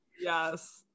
yes